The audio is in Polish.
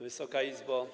Wysoka Izbo!